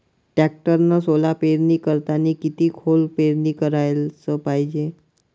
टॅक्टरनं सोला पेरनी करतांनी किती खोल पेरनी कराच पायजे?